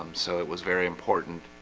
um so it was very important